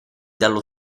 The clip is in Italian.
dallo